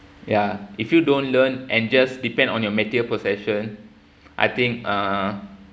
ya if you don't learn and just depend on your material possession I think uh